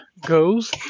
goes